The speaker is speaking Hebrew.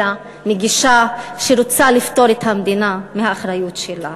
אלא מגישה שרוצה לפטור את המדינה מהאחריות שלה,